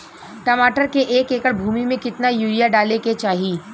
टमाटर के एक एकड़ भूमि मे कितना यूरिया डाले के चाही?